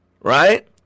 Right